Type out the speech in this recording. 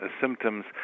symptoms